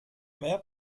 mehr